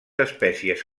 espècies